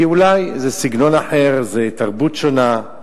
כי אולי זה סגנון אחר, זה תרבות שונה,